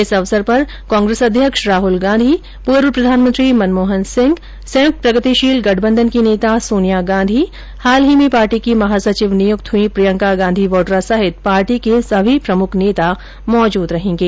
इस अवसर पर कांग्रेस अध्यक्ष राहुल गाँधी पूर्व प्रधानमंत्री मनमोहनसिंह संयुक्त प्रगतिशील गठबंधन की नेता सोनिया गांधी हाल में पार्टी की महासचिव नियुक्त हुई प्रियंका गांधी वाड्रा सहित पार्टी के सभी प्रमुख नेता मौजूद रहेंगे